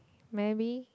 maybe